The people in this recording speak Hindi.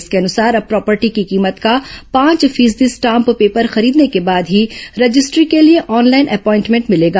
इसके अनुसार अब प्रॉपर्टी की कीमत का पांच फीसदी स्टाम्प पेपर खरीदने के बाद ही रजिस्ट्री के लिए ऑनलाइन अपॉइनमेंट मिलेगा